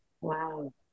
wow